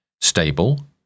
stable